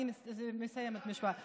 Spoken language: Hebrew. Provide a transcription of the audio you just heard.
אני חייב לאכזב אותך, אני מסיימת משפט.